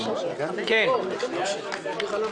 על ציבור הצרכנים,